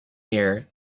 year